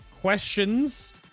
questions